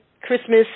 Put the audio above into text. Christmas